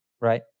right